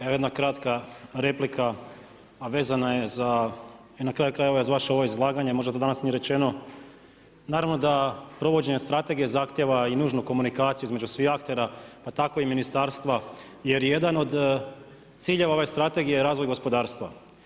Evo jedna kratka replika, a vezana je za na kraju krajeva … ovo izlaganje možda to danas nije rečeno, naravno da provođenje strategije zahtjeva i nužnu komunikaciju između svih aktera pa tako i ministarstva jer jedan od ciljeva ove strategije je razvoj gospodarstva.